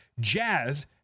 Jazz